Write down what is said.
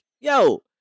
yo